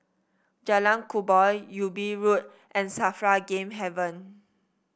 Jalan Kubor Ubi Road and Safra Game Haven